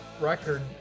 record